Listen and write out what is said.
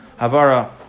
Havara